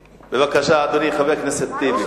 בבקשה, אדוני, חבר הכנסת טיבי.